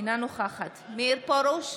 אינה נוכחת מאיר פרוש,